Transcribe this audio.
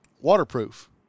waterproof